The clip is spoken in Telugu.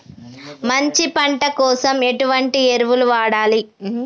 మంచి పంట కోసం ఎటువంటి ఎరువులు వాడాలి?